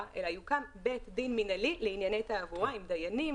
אלא יוקם בית דין מינהלי לענייני תעבורה עם דיינים,